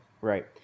Right